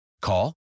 Call